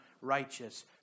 righteous